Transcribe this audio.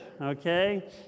okay